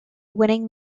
winning